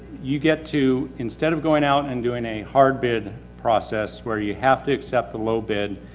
you get to, instead of going out and doing a hard bid process, where you have to accept the low bid,